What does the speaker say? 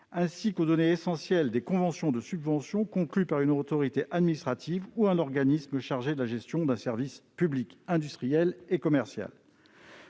ainsi qu'aux données essentielles des conventions de subvention conclues par une autorité administrative ou un organisme chargé de la gestion d'un service public industriel et commercial.